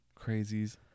Crazies